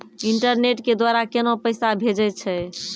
Internet के द्वारा केना पैसा भेजय छै?